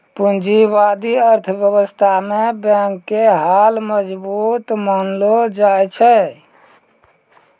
पूंजीबादी अर्थव्यवस्था मे बैंक के हाल मजबूत मानलो जाय छै